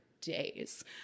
days